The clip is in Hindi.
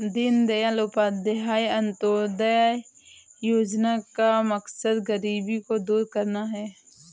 दीनदयाल उपाध्याय अंत्योदय योजना का मकसद गरीबी को दूर करना है